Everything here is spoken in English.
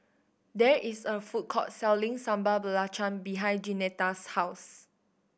there is a food court selling Sambal Belacan behind Jeanetta's house